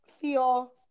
feel